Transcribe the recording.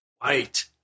white